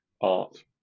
art